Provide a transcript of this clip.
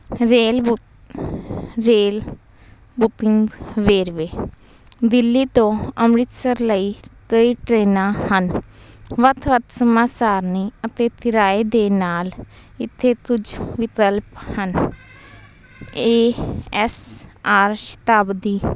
rail book rail booking ਵੇਰਵੇ ਦਿੱਲੀ ਤੋਂ ਅੰਮ੍ਰਿਤਸਰ ਲਈ ਕਈ ਟ੍ਰੇਨਾਂ ਹਨ ਵੱਖ ਵੱਖ ਸਮਾਂ ਸਾਰਣੀ ਅਤੇ ਕਿਰਾਏ ਦੇ ਨਾਲ ਇੱਥੇ ਕੁਝ ਵਿਕਲਪ ਹਨ ਏ ਐੱਸ ਆਰ ਸ਼ਤਾਬਦੀ